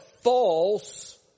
false